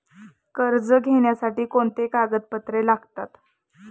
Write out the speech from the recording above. कर्ज घेण्यासाठी कोणती कागदपत्रे लागतात?